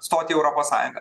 stoti į europos sąjungą